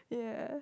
yeah